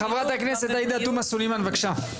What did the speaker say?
חברת הכנסת עאידה תומא סולימאן, בבקשה.